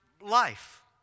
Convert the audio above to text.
life